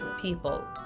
people